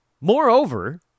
moreover